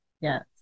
Yes